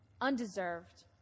undeserved